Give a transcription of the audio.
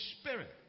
spirit